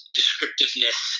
descriptiveness